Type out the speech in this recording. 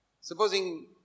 Supposing